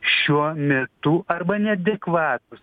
šiuo metu arba neadekvatūs